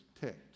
ticked